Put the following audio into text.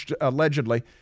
allegedly